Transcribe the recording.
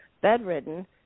Bedridden